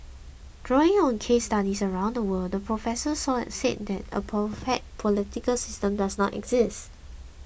drawing on case studies around the world the professor said that a perfect political system does not exist